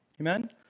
Amen